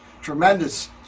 tremendous